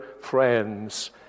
friends